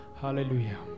hallelujah